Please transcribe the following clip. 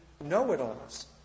know-it-alls